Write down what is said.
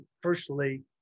firstly